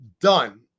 done